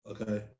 Okay